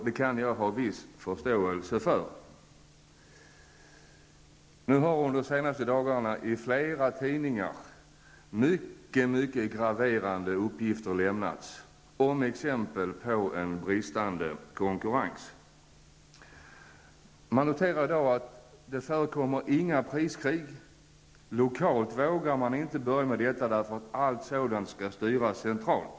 Det kan jag ha viss förståelse för. De senaste dagarna har synnerligen graverande uppgifter lämnats i flera tidningar. Man har gett exempel på en bristande konkurrens. I dag kan det noteras att det inte förekommer några priskrig. Lokalt vågar man inte börja med sådana, därför att alla sådana åtgärder skall styras centralt.